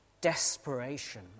desperation